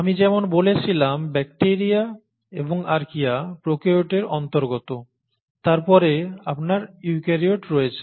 আমি যেমন বলেছিলাম ব্যাকটিরিয়া এবং আর্চিয়া প্রোক্যারিওটের অন্তর্গত তারপরে আপনার ইউক্যারিওট রয়েছে